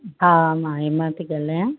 हा मां हेमा थी ॻाल्हायां